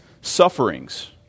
sufferings